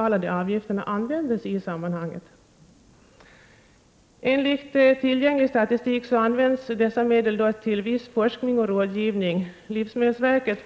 För det innevarande budgetåret har livsmedelsverkets